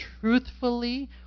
truthfully